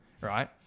right